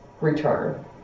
return